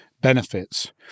benefits